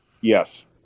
Yes